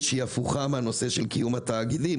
שהיא הפוכה מהנושא של קיום התאגידים,